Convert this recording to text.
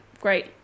great